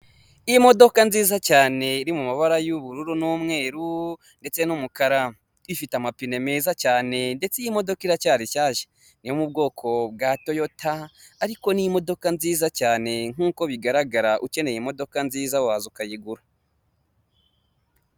Imodoka nziza cyane iri mu mabara y'ubururu n'umweru ndetse n'umukara, ifite amapine meza cyane ndetse iyi modoka iracyari nshyashya, yo mu bwoko bwa toyota ariko n'imodoka nziza cyane nk'uko bigaragara ukeneye imodoka nziza waza ukayigura.